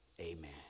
amen